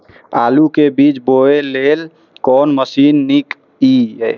आलु के बीज बोय लेल कोन मशीन नीक ईय?